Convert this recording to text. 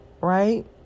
right